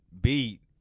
beat